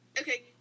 Okay